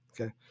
okay